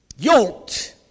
YOLT